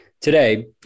Today